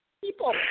People